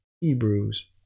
Hebrews